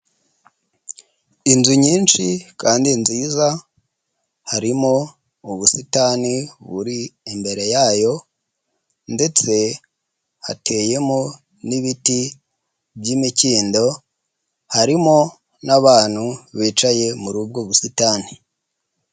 Inzu nyinshi kandi nziza, harimo ubusitani buri imbere yayo, ndetse hateyemo n'ibiti by'imikindo, harimo n'abantu bicaye muri ubwo busitani.